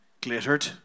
glittered